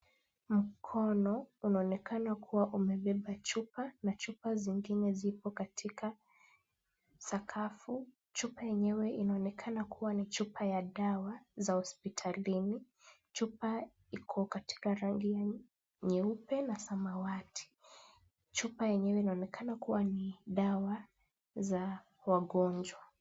Kuna mkono unaonekana kuwa umebeba chupa na chupa zingine ziko katika sakafu. Chupa yenyewe inaonekana kuwa ni chupa ya dawa za hospitalini. Chupa iko katika rangi nyeupe na samawati. Chupa yenyewe inaonekana kuwa ni dawa za wagonjwa.